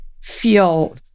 feel